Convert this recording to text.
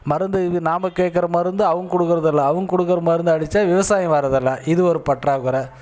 மருந்து நாம் கேட்கற மருந்து அவங்க கொடுக்கிறதில்ல அவங்க கொடுக்கற மருந்து அடித்தா விவசாயம் வர்றதில்லை இது ஒரு பற்றாக்கொறை